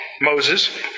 Moses